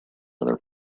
other